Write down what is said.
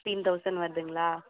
fifteen thousand வருதுங்களா